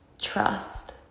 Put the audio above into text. trust